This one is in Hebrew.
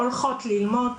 הולכות ללמוד,